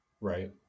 right